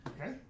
Okay